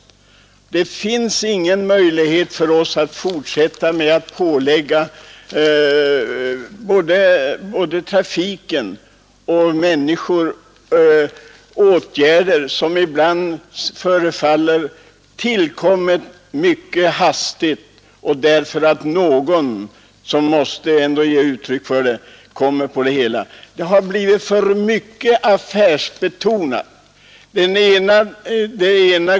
Det finns ingen möjlighet för oss att fortsätta med att pålägga både trafiken och människorna åtgärder som ibland förefaller ha tillkommit mycket hastigt och därför att någon bara kommit på det hela. Det har blivit för mycket affärsbetonat.